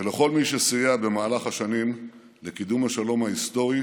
ולכל מי שסייע במהלך השנים לקידום השלום ההיסטורי